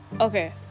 Okay